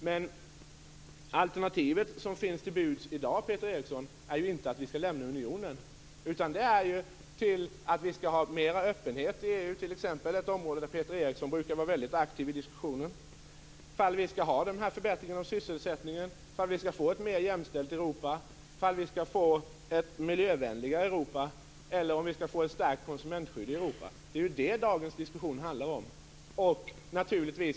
Men det alternativ som står till buds i dag, Peter Eriksson, är ju inte att vi skall lämna unionen, utan det är ju om vi t.ex. skall ha mer öppenhet i EU, ett område där Peter Eriksson brukar vara väldigt aktiv i diskussionen, om vi skall ha en förbättring av sysselsättningen, om vi skall få ett mer jämställt Europa, om vi skall få ett miljövänligare Europa och om vi skall få ett starkt konsumentskydd i Europa. Det är ju detta som dagens diskussion handlar om.